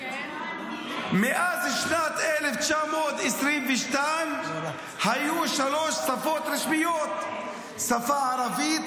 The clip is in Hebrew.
מאז שנת 1922 היו שלוש שפות רשמיות: השפה הערבית,